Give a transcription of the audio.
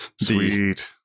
sweet